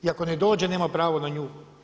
I ako ne dođe, nema pravo na nju.